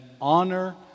honor